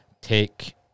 take